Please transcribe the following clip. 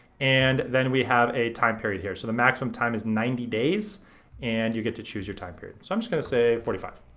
and then we have a time period here. so the maximum time is ninety days and you get to choose your time period. so i'm just gonna say forty five.